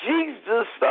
Jesus